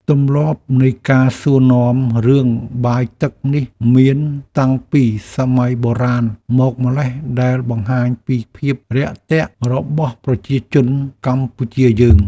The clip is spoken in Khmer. ទម្លាប់នៃការសួរនាំរឿងបាយទឹកនេះមានតាំងពីសម័យបុរាណមកម៉្លេះដែលបង្ហាញពីភាពរាក់ទាក់របស់ប្រជាជនកម្ពុជាយើង។